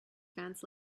fans